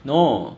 no